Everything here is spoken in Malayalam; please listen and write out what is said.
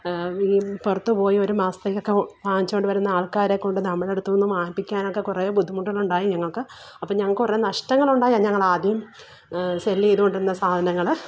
ഈ പുറത്തു പോയി ഒരു മാസത്തേക്കൊക്കെ വാങ്ങിച്ചുകൊണ്ട് വരുന്ന ആള്ക്കാരെക്കൊണ്ട് നമ്മുടെ അടുത്തു നിന്ന് വാങ്ങിപ്പിക്കാനൊക്കെ കുറേ ബുദ്ധിമുട്ടുകളുണ്ടായി ഞങ്ങള്ക്ക് അപ്പം ഞങ്ങൾക്ക് കുറേ നഷ്ടങ്ങളുണ്ടായാൽ ഞങ്ങളാദ്യം സെൽ ചെയ്തുകൊണ്ടിരുന്ന സാധനങ്ങൾ